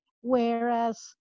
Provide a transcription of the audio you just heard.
whereas